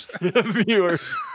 Viewers